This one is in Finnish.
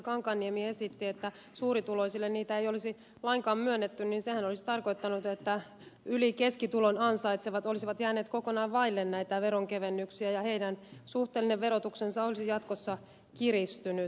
kankaanniemi esitti että suurituloisille niitä ei olisi lainkaan myönnetty niin sehän olisi tarkoittanut että yli keskitulon ansaitsevat olisivat jääneet kokonaan vaille näitä veronkevennyksiä ja heidän suhteellinen verotuksensa olisi jatkossa kiristynyt